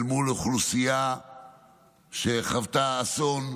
אל מול אוכלוסייה שחוותה אסון,